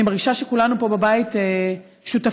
אני מרגישה שכולנו פה בבית שותפים.